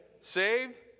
saved